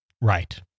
Right